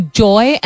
joy